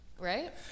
right